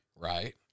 Right